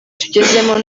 tugezemo